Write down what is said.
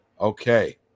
Okay